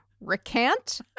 recant